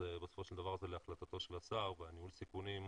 בסופו של דבר זה להחלטתו של השר וניהול סיכונים,